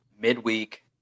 midweek